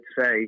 say